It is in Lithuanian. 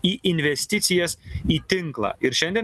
į investicijas į tinklą ir šiandien